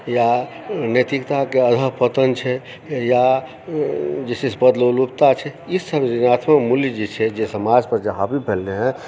या नैतिकताके अधःपतन छै या जे छै से बहुत लोलुभता छै ई सब ऋणात्मक मूल्य जे छै जे समाज पर जे हावी भेलय हन